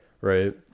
Right